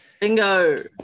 Bingo